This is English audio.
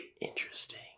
Interesting